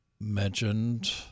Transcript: mentioned